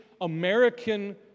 American